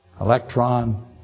electron